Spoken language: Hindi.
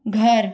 घर